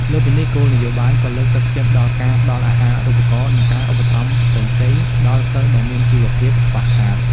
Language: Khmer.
លើសពីនេះ គោលនយោបាយក៏លើកទឹកចិត្តដល់ការផ្តល់អាហារូបករណ៍ និងការឧបត្ថម្ភផ្សេងៗដល់សិស្សដែលមានជីវភាពខ្វះខាត។